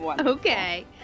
Okay